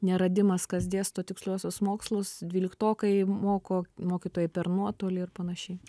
neradimas kas dėsto tiksliuosius mokslus dvyliktokai moko mokytojai per nuotolį ir panašiai